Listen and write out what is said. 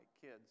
kids